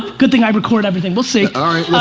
good thing i record everything, we'll see. alright,